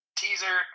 teaser